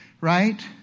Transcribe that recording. right